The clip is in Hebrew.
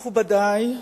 מכובדי,